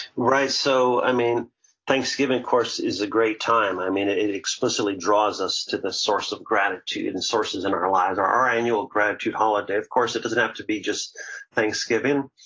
right. so i mean thanksgiving course is a great time. i mean it it explicitly draws us to this source of gratitude and sources in our lives, our annual gratitude holiday. of course, it doesn't have to be just thanksgiving.